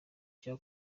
cya